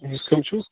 کٕم چھو